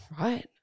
right